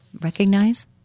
recognize